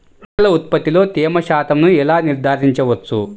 పంటల ఉత్పత్తిలో తేమ శాతంను ఎలా నిర్ధారించవచ్చు?